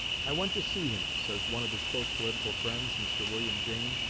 i went to see him, says one of his close political friends, mr. william jayne,